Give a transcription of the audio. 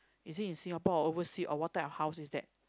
is it in Singapore or oversea or what type of house is that